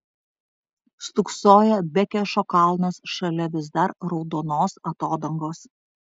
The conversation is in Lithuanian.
stūksojo bekešo kalnas šalia vis dar raudonos atodangos